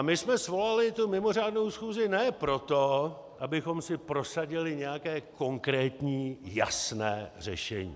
My jsme svolali mimořádnou schůzi ne proto, abychom si prosadili nějaké konkrétní jasné řešení.